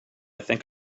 think